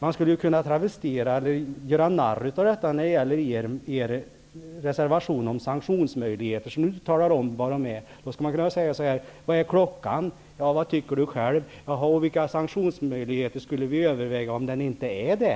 Man skulle kunna travestera detta och göra narr av er reservation om sanktionsmöjligheter, eftersom ni inte talar om vilka de är. Man skulle kunna säga: Vad är klockan? Ja, vad tycker du själv? Och vilka sanktionsmöjligheter skall vi överväga om den inte är det?